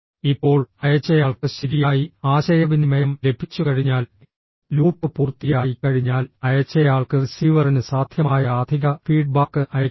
ഇപ്പോൾ അയച്ചയാൾക്ക് ശരിയായി ആശയവിനിമയം ലഭിച്ചുകഴിഞ്ഞാൽ ലൂപ്പ് പൂർത്തിയായിക്കഴിഞ്ഞാൽ അയച്ചയാൾക്ക് റിസീവറിന് സാധ്യമായ അധിക ഫീഡ്ബാക്ക് അയയ്ക്കാം